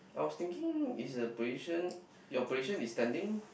I was think is the position your position is standing